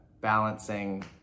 balancing